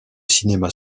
cinéma